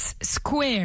square